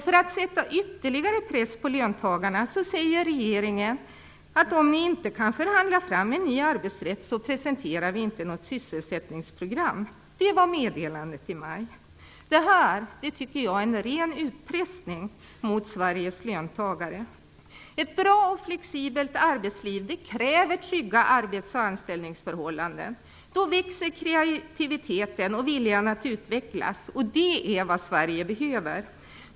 För att sätta ytterligare press på löntagarna säger regeringen: Om ni inte kan förhandla fram en ny arbetsrätt presenterar vi inte något sysselsättningsprogram. Det var meddelandet i maj. Det här tycker jag är en ren utpressning mot Sveriges löntagare. Ett bra och flexibelt arbetsliv kräver trygga arbets och anställningsförhållanden. Då växer kreativiteten och viljan att utvecklas, och det är vad Sverige behöver.